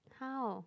how